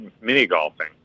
mini-golfing